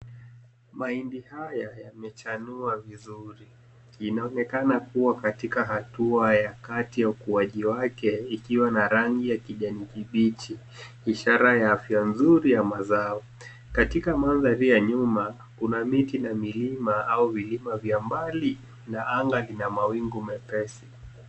Mahindi haya yamechanua vizuri. Inaonekana kuwa katika hatua ya kati ya ukuwaje wake ikiwa na rangi ya kijani kibichi ishara ya afya nzuri ya mazao. Katika mandhari ya nyuma kuna miti na milima au vilima vya mbali na anga lina mawingu mepesi.